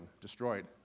destroyed